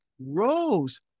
rose